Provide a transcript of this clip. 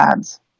ads